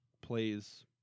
plays